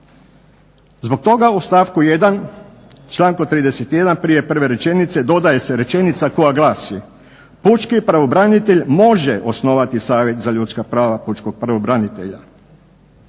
Zbog toga u stavku 1. članku 31. prije prve rečenice dodaje se rečenica koja glasi pučki pravobranitelj može osnovati savjet za ljudska prava pučkog pravobranitelja.